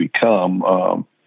become